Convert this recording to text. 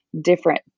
different